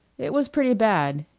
it was pretty bad,